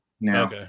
now